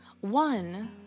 One